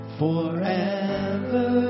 forever